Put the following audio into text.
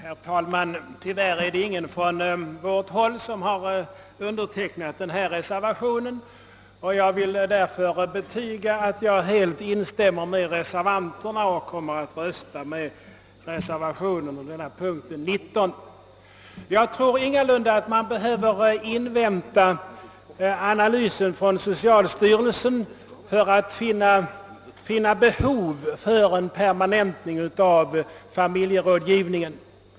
"Herr talman! Tyvärr är det ingen från vårt håll som har undertecknat denna reservation, och jag vill därför betyga att jag helt instämmer med reservanterna och kommer att yrka bifall till reservationen vid punkt 19. Jag tror inte alls att man behöver invänta socialstyrelsens analys av försöksverksamheten för att finna att det föreligger behov av en permanent familjerådgivning.